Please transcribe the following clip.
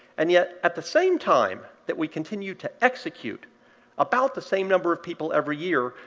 and yet, at the same time that we continue to execute about the same number of people every year,